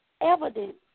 evidence